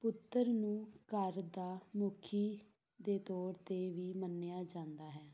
ਪੁੱਤਰ ਨੂੰ ਘਰ ਦਾ ਮੁਖੀ ਦੇ ਤੌਰ 'ਤੇ ਵੀ ਮੰਨਿਆ ਜਾਂਦਾ ਹੈ